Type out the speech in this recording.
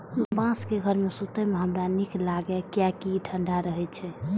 बांसक घर मे सुतै मे हमरा नीक लागैए, कियैकि ई ठंढा रहै छै